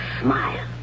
smile